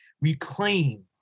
reclaim